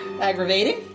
aggravating